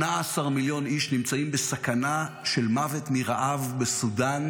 18 מיליון איש נמצאים בסכנה של מוות מרעב בסודן,